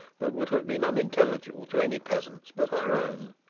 that would have been unintelligible to any peasants but her own.